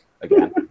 again